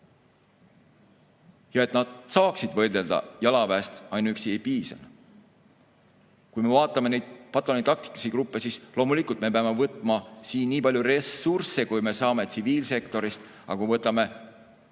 et nad saaksid võidelda, jalaväest üksi ei piisa. Kui vaatame neid pataljoni taktikalisi gruppe, siis loomulikult peame võtma siin nii palju ressursse, kui saame, tsiviilsektorist. Aga kui võtame